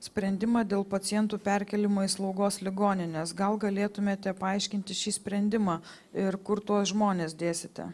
sprendimą dėl pacientų perkėlimo į slaugos ligonines gal galėtumėte paaiškinti šį sprendimą ir kur tuos žmones dėsite